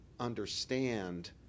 understand